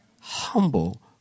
humble